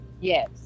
Yes